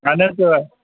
اہن حظ آ